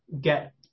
get